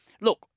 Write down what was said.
look